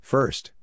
First